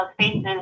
spaces